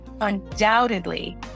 Undoubtedly